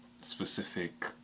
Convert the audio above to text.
specific